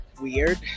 weird